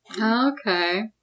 Okay